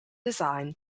design